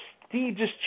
prestigious